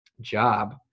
job